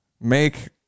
make